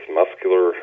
muscular